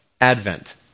advent